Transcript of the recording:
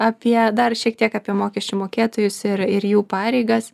apie dar šiek tiek apie mokesčių mokėtojus ir ir jų pareigas